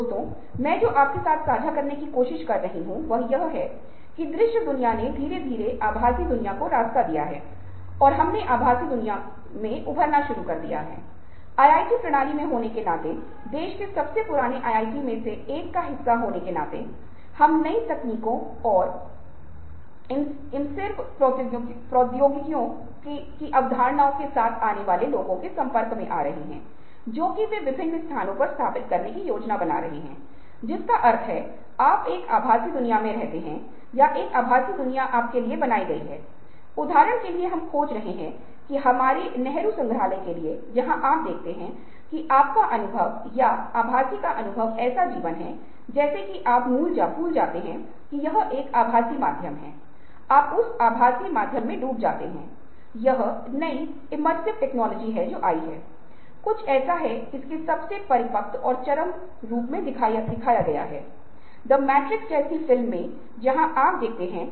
एक अंक मैं अंत में उल्लेख करना पसंद करता हूं कि पहले आपने समस्या निवारण तकनीकों और महत्वपूर्ण सोच के उपकरणों के बारे में अध्ययन किया है लेकिन यहां आपको समस्या को हल करने की आवश्यकता है और गहन सोच में बाएं और दाएं मस्तिष्क दोनों शामिल हैं